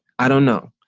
i don't know.